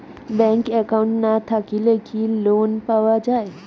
Bank account না থাকিলে কি লোন পাওয়া য়ায়?